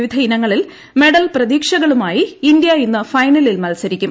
പിപിധ ഇനങ്ങളിൽ മെഡൽ പ്രതീക്ഷകളുമായി ഇന്ത്യ ഇന്ന് ഫൈനലിൽ മൽസരിക്കും